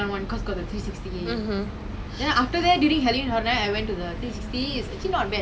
I went to the human [one] red colour at first right I saw the cylon [one] right they go three sixty then I damn scared